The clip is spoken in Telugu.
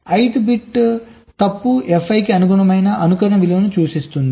కాబట్టి I th బిట్ తప్పు Fi కి అనుగుణమైన అనుకరణ విలువను సూచిస్తుంది